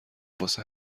واسه